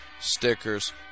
stickers